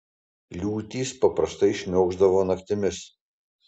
liūtys paprastai šniokšdavo naktimis